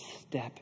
step